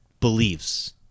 beliefs